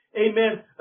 Amen